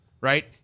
Right